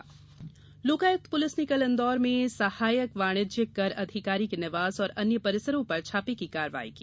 लोकायुक्त छापा लोकायुक्त पुलिस ने कल इन्दौर में सहायक वाणिज्यिक कर अधिकारी के निवास और अन्य परिसरों पर छापे की कार्यवाही की